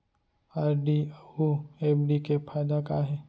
RD अऊ FD के फायेदा का हे?